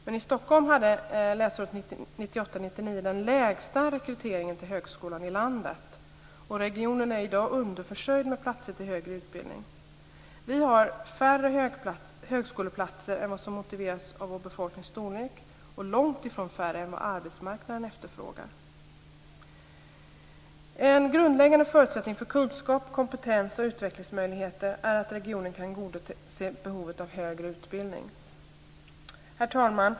Men Stockholm hade läsåret 98/99 den lägsta rekryteringen i landet till högskolan. Regionen är i dag underförsörjd med platser inom den högre utbildningen. Vi har färre högskoleplatser än vad som motiveras av vår befolknings storlek och långt färre än vad arbetsmarknaden efterfrågar. En grundläggande förutsättning för kunskap, kompetens och utvecklingsmöjligheter är att regionen kan tillgodose behovet av högre utbildning. Herr talman!